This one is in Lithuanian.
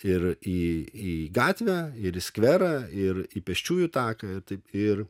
ir į į gatvę ir į skverą ir į pėsčiųjų taką taip ir